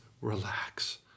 relax